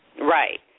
Right